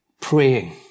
praying